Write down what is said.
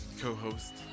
co-host